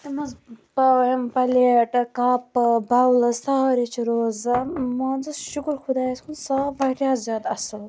یَتھ منٛز پلیٹ کَپہٕ باولہٕ سارے چھِ روزان مان ژٕ شُکُر خۄدایس کُن سُۄ آو واریاہ زیادٕ اَصٕل